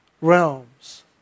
realms